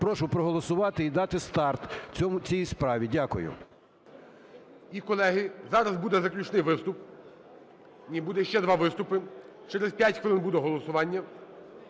прошу проголосувати і дати старт цій справі. Дякую.